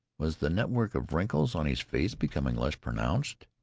was the network of wrinkles on his face becoming less pronounced?